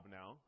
now